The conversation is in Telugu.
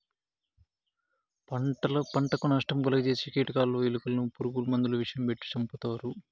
పంటకు నష్టం కలుగ జేసే కీటకాలు, ఎలుకలను పురుగు మందుల విషం పెట్టి సంపుతారు